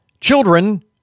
children